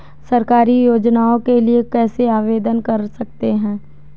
सरकारी योजनाओं के लिए कैसे आवेदन कर सकते हैं?